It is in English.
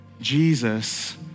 Jesus